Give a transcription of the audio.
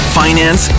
finance